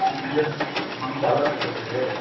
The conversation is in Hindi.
हाँ भैया धमशाला से बोल रहे हैं